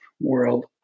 world